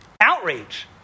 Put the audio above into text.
outrage